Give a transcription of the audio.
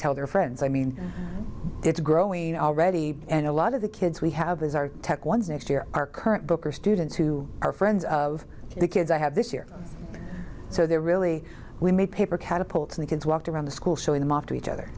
tell their friends i mean it's growing already and a lot of the kids we have as our tech ones next year our current booker students who are friends of the kids i have this year so they're really we made paper catapult and the kids walked around the school showing them off to each other